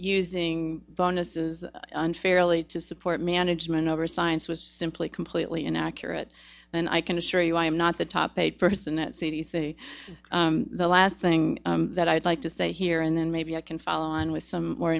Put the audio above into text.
using bonuses unfairly to support management over science was simply completely inaccurate and i can assure you i am not the top aide person at c d c the last thing that i would like to say here and then maybe i can follow on with some more